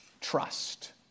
trust